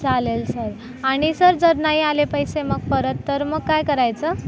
चालेल सर आणि सर जर नाही आले पैसे मग परत तर मग काय करायचं